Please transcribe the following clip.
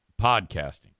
podcasting